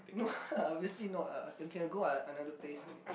no lah obviously not lah we can go like another place already